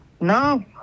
No